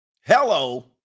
Hello